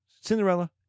Cinderella